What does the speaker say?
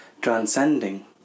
transcending